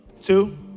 two